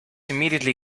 immediately